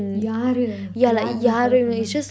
யாரு யாரெல்லாம் கொல்லப்பனா:yaaru yaaralam kollapana